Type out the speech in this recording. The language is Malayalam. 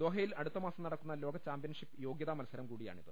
ദോഹയിൽ അടുത്തമാസം നടക്കുന്ന ലോകചാമ്പ്യൻഷിപ്പ് യോഗൃ താമത്സരം കൂടിയാണിത്